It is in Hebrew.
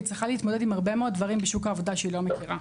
והיא צריכה להתמודד עם הרבה מאוד דברים בשוק העבודה שהיא לא מכירה.